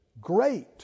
great